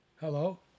Hello